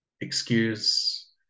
excuse